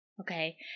Okay